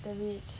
the rich